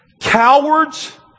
Cowards